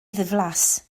ddiflas